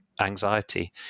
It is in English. anxiety